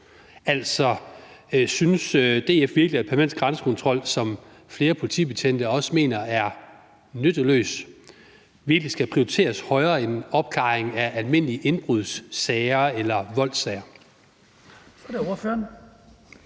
Altså, synes DF virkelig, at permanent grænsekontrol, som flere politibetjente også mener er nytteløs, virkelig skal prioriteres højere end opklaring af almindelige indbrudssager eller voldssager? Kl. 17:31 Den